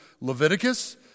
Leviticus